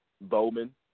Bowman